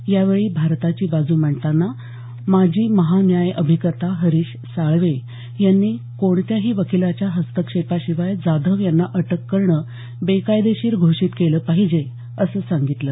यावेळी भारताची बाजू मांडताना माजी महा न्याय अभिकर्ता हरीश साळवे यांनी कोणत्याही वकीलाच्या हस्तक्षेपाशिवाय जाधव यांना अटक करणं बेकायदेशीर घोषित केलं पाहिजे असं सांगितलं